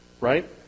Right